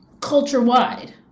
culture-wide